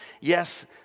Yes